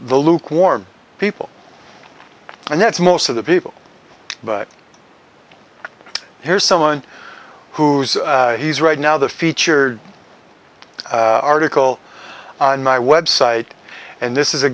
the lukewarm people and that's most of the people but here's someone who's he's right now the feature article on my website and this is a